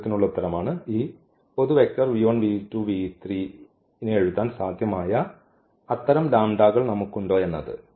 ചോദ്യത്തിനുള്ള ഉത്തരമാണ് ഈ ന് എഴുതാൻ സാധ്യമായ അത്തരം ലാംഡാകൾ നമുക്കുണ്ടോ എന്നത്